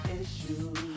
issues